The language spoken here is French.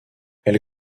elle